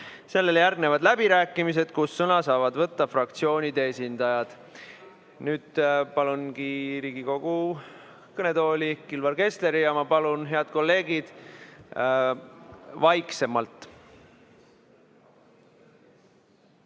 Sellele järgnevad läbirääkimised, kus sõna saavad võtta fraktsioonide esindajad. Nüüd palungi Riigikogu kõnetooli Kilvar Kessleri. Ma palun, head kolleegid, vaiksemalt!